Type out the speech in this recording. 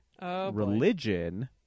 Religion